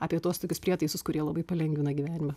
apie tuos tokius prietaisus kurie labai palengvina gyvenimą